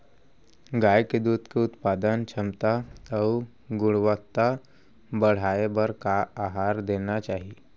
गाय के दूध के उत्पादन क्षमता अऊ गुणवत्ता बढ़ाये बर का आहार देना चाही?